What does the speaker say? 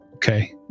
Okay